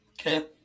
Okay